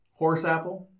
Horseapple